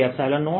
r r